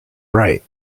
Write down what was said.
right